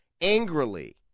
angrily